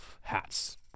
hats